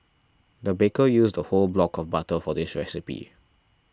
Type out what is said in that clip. the baker used a whole block of butter for this recipe